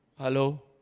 hello